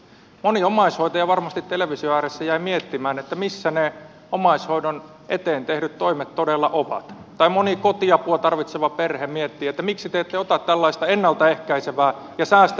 moni omaishoitaja varmasti television ääressä jäi miettimään missä ne omaishoidon eteen tehdyt toimet todella ovat ja moni kotiapua tarvitseva perhe miettii miksi te ette ota tällaista ennalta ehkäisevää ja säästävää tointa käyttöön